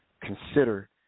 consider